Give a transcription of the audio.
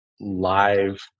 live